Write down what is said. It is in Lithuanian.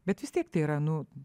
bet vis tiek tai yra nu